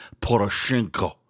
Poroshenko